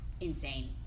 insane